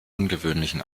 ungewöhnlichen